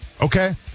okay